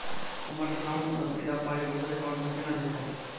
हम्मर एकाउन्ट सँ सीधा पाई दोसर एकाउंट मे केना जेतय?